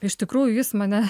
iš tikrųjų jis mane